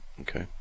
Okay